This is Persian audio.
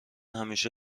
همیشه